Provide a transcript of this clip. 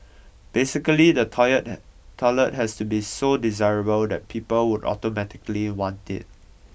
basically the toilet toilet has to be so desirable that people would automatically want it